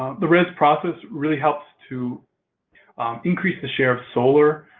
the rez process really helps to increase the share of solar,